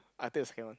I take the second one